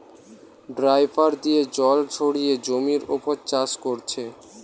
dripper দিয়ে জল ছড়িয়ে জমির উপর চাষ কোরছে